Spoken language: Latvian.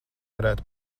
varētu